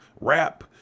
rap